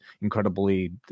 incredibly